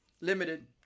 Limited